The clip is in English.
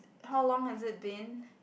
how long has it been